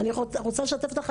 אני רוצה לשתף אותך,